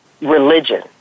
religion